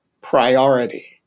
priority